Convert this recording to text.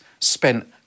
spent